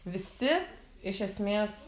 visi iš esmės